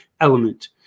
element